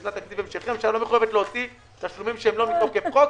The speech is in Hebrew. בשנת תקציב המשכי הממשלה לא מחויבת להוציא תשלומים שהם לא מתוקף חוק.